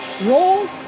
Roll